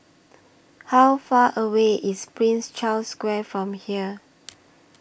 How Far away IS Prince Charles Square from here